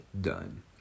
done